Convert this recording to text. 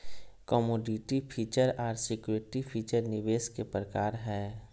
commodity future आर security future निवेश के प्रकार हय